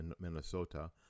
Minnesota